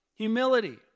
Humility